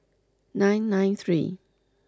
nine nine three